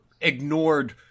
ignored